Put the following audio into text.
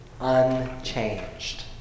unchanged